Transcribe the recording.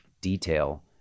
detail